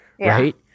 right